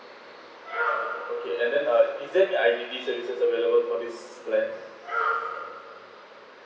okay and then uh is there any identity services or anyone work for this plan